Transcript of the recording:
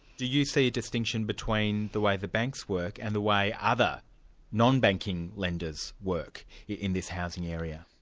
do you see a distinction between the way the banks work and the way other non-banking lenders work in this housing area?